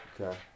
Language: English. Okay